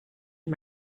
and